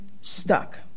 stuck